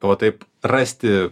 va taip rasti